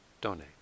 donate